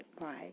right